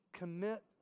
Commit